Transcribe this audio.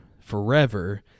forever